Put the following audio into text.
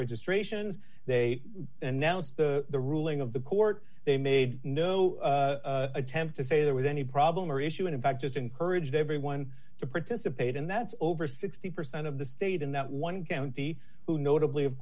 registrations they announce the ruling of the court they made no attempt to say there was any problem or issue and in fact just encouraged everyone to participate and that's over sixty percent of the state in that one county who notably of